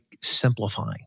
simplifying